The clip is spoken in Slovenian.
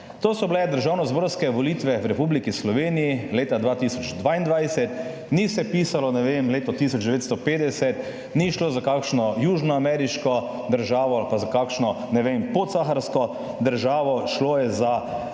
to so bile državnozborske volitve v Republiki Sloveniji leta 2022! Ni se pisalo, recimo, leto 1950, ni šlo za kakšno južnoameriško državo ali pa za kakšno, recimo, podsaharsko državo, šlo je za